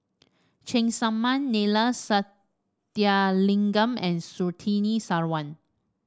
Cheng Tsang Man Neila Sathyalingam and Surtini Sarwan